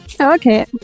Okay